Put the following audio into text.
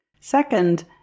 Second